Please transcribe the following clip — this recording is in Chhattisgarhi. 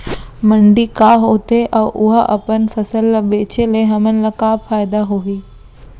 मंडी का होथे अऊ उहा अपन फसल ला बेचे ले हमन ला का फायदा होही?